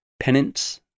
Penance